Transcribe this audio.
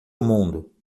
mundo